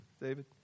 david